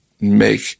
make